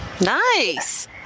Nice